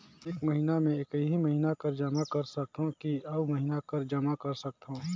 एक महीना मे एकई महीना कर जमा कर सकथव कि अउ महीना कर जमा कर सकथव?